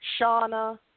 Shauna